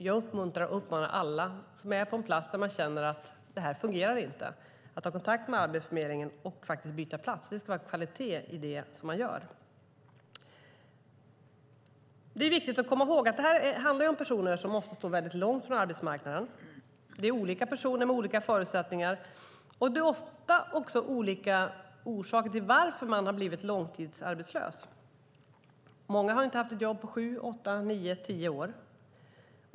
Jag uppmuntrar och uppmanar alla som är på en plats där de känner att det inte fungerar att ta kontakt med Arbetsförmedlingen och faktiskt byta plats. Det ska vara kvalitet i det som man gör. Det är viktigt att komma ihåg att det handlar om personer som ofta står väldigt långt från arbetsmarknaden. Det är olika personer med olika förutsättningar. Det är ofta också olika orsaker till att man har blivit långtidsarbetslös. Många har inte haft ett jobb på sju, åtta, nio, tio år.